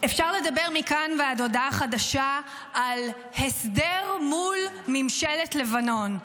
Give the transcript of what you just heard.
אפשר לדבר מכאן ועד הודעה חדשה על "הסדר מול ממשלת לבנון",